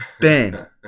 Ben